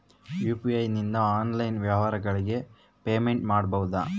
UPI ನಿಂದ online ವ್ಯಾಪಾರಗಳಿಗೆ payment ಮಾಡಬಹುದಾ?